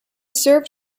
served